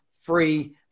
free